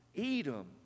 Edom